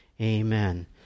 Amen